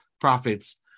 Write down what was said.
profits